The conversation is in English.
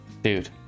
Dude